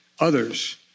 Others